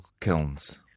Kilns